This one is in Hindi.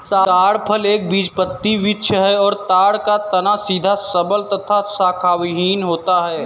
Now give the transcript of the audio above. ताड़ फल एक बीजपत्री वृक्ष है और ताड़ का तना सीधा सबल तथा शाखाविहिन होता है